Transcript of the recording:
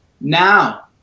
Now